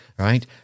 right